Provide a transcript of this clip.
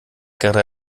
gerade